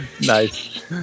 Nice